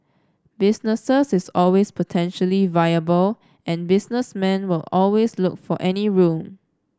businesses is always potentially viable and businessmen will always look for any room